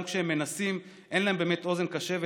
גם כשהם מנסים אין להם באמת אוזן קשבת.